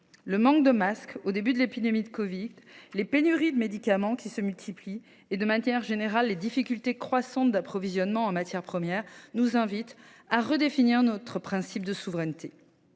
Le manque de masques au début de l’épidémie de covid-19, les pénuries de médicaments qui se multiplient et, de manière générale, les difficultés croissantes d’approvisionnement en matières premières nous invitent à redéfinir notre principe de souveraineté.